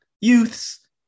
youths